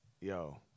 Yo